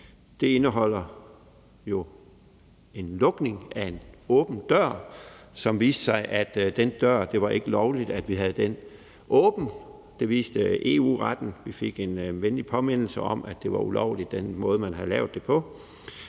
indeholder lukning af en åben dør. Det viste sig, at det ikke var lovligt at have den dør åben. Det viste EU-retten. Vi fik en venlig påmindelse om, at den måde, man havde lavet det på,